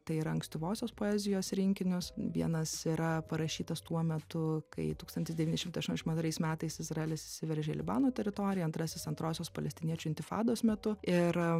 tai yra ankstyvosios poezijos rinkinius vienas yra parašytas tuo metu kai tūkstantis devyni šimtai aštuoniasdešimt antrais metais izraelis įsiveržė į libano teritoriją antrasis antrosios palestiniečių intifados metu ir